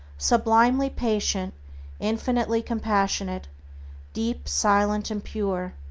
sublimely patient infinitely compassionate deep, silent, and pure,